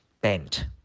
bent